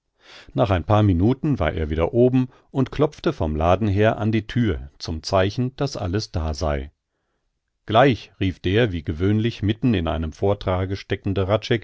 nach ein paar minuten war er wieder oben und klopfte vom laden her an die thür zum zeichen daß alles da sei gleich rief der wie gewöhnlich mitten in einem vortrage